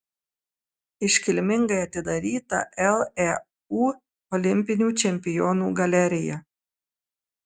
iškilmingai atidaryta leu olimpinių čempionų galerija